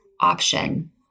option